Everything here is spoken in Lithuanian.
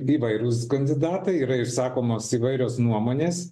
įvairūs kandidatai yra išsakomos įvairios nuomonės